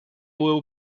will